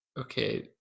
okay